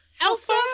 Elsa